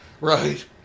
Right